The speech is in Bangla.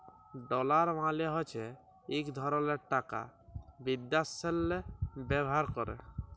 ডলার মালে হছে ইক ধরলের টাকা বিদ্যাশেল্লে ব্যাভার ক্যরে